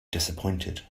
disappointed